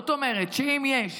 כלומר אם יש